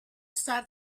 sat